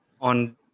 on